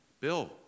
Bill